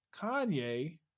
Kanye